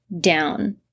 down